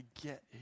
get